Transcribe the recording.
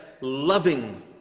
loving